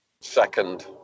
Second